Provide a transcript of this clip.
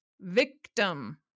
victim